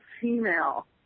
female